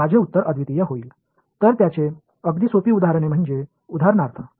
எனவே இதற்கு மிக எளிய எடுத்துக்காட்டு இந்த கொள்ளளவு ஒரு திடமான உலோகமாகும்